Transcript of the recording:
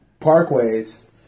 Parkways